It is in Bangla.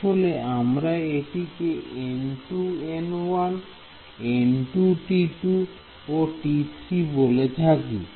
আসলে আমরা এটিকে N2N1 N2T2 ও T3 বলে থাকি